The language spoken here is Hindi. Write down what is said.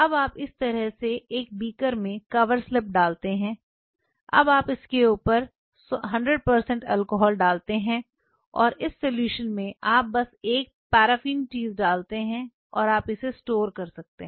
अब आप इस तरह एक बीकर में कवर स्लिप्स डालते है अब आप 100 प्रतिशत अल्कोहल डालते हैं और इस सलूशन में आप बस एक पैराफिन चीज़ डालते हैं और आप इसे स्टोर कर सकते हैं